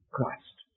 Christ